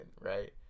right